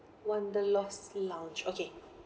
wanderlust lounge okay